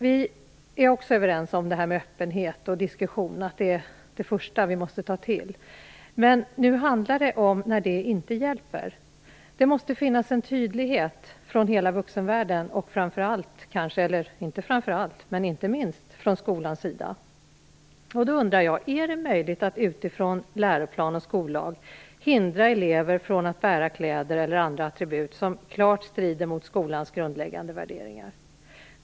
Vi är också överens när det gäller öppenhet och att diskussioner är det första vi måste ta till. Men nu handlar det om de fall då det inte hjälper. Det måste finnas en tydlighet från hela vuxenvärlden, inte minst från skolan. Är det möjligt att utifrån vad som sägs i läroplan och skollag hindra elever från att bära kläder eller andra attribut som klart strider mot skolans grundläggande värderingar?